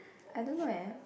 I don't know eh